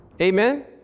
amen